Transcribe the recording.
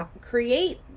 create